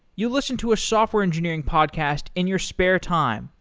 you listen to a software engineering podcast in your spare time,